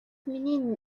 миний